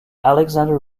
alexander